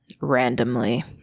randomly